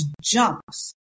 jumps